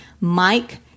Mike